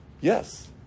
Yes